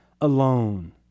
alone